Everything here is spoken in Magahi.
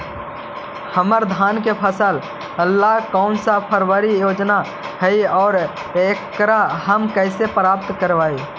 हमर धान के फ़सल ला कौन सा सरकारी योजना हई और एकरा हम कैसे प्राप्त करबई?